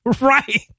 Right